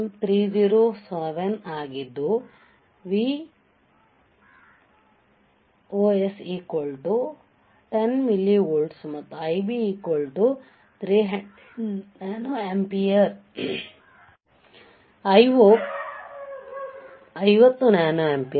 Op Amp LM7LM307 ಆಗಿದ್ದುVos 10 millivolts ಮತ್ತು Ib 300 nano ampere Iio 50 nano ampere